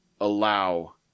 allow